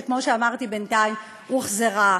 שכמו שאמרתי בינתיים הוחזרה,